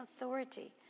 authority